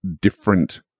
different